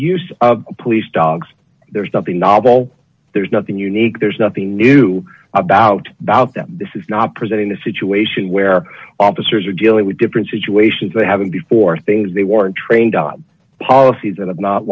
use of police dogs there's nothing novel there's nothing unique there's nothing new about about them this is not present in a situation where officers are dealing with different situations they haven't before things they weren't trained on policies and